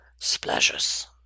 Splashes